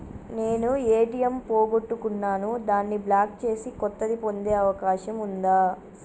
నేను ఏ.టి.ఎం పోగొట్టుకున్నాను దాన్ని బ్లాక్ చేసి కొత్తది పొందే అవకాశం ఉందా?